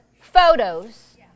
photos